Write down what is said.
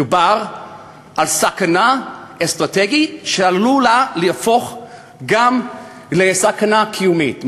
מדובר על סכנה אסטרטגית שעלולה להפוך גם לסכנה קיומית,